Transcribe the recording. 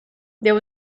there